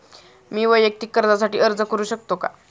मी वैयक्तिक कर्जासाठी अर्ज करू शकतो का?